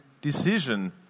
decision